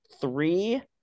three